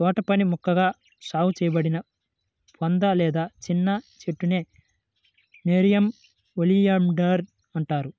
తోటపని మొక్కగా సాగు చేయబడిన పొద లేదా చిన్న చెట్టునే నెరియం ఒలియాండర్ అంటారు